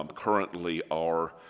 um currently our